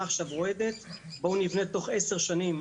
אני מבטיח לכם שאנחנו כאן נעבוד בימי ראשון וחמישי,